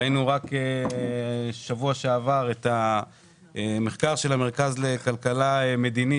ראינו בשבוע שעבר את המחקר של המרכז לכלכלה מדינית,